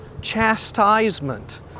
chastisement